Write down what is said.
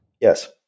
Yes